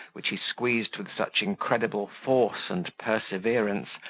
which he squeezed with such incredible force and perseverance,